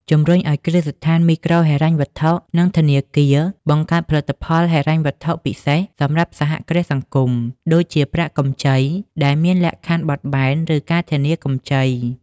ជំរុញឱ្យគ្រឹះស្ថានមីក្រូហិរញ្ញវត្ថុ និងធនាគារ បង្កើតផលិតផលហិរញ្ញវត្ថុពិសេសសម្រាប់សហគ្រាសសង្គម ដូចជាប្រាក់កម្ចីដែលមានលក្ខខណ្ឌបត់បែន ឬការធានាកម្ចី ។